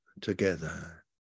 together